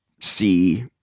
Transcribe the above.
see